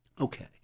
Okay